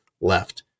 left